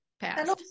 passed